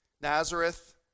Nazareth